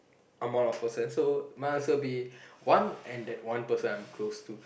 I'm out of person so might as well be one and that one person I'm close to